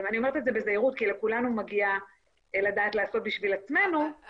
אני אומרת את זה בזהירות כי לכולנו מגיע לדעת לעשות בשביל עצמנו אבל